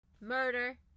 murder